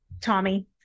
Tommy